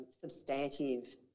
substantive